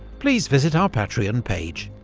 please visit our patreon page.